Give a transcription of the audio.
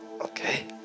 Okay